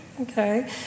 Okay